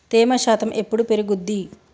తేమ శాతం ఎప్పుడు పెరుగుద్ది?